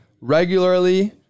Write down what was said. regularly